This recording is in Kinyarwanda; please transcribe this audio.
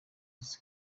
izi